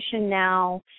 now